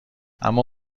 اما